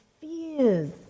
fears